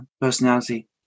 personality